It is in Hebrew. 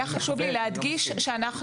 היה לי חשוב להדגיש שאנחנו